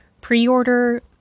Pre-order